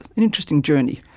and interesting journey.